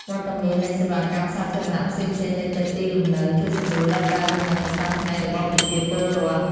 វត្តមាននៃសេវាកម្មសាធារណៈផ្សេងៗនៅជិតទីលំនៅ ជួយសម្រួលដល់ការរស់នៅប្រចាំថ្ងៃរបស់ប្រជាពលរដ្ឋ។